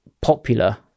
popular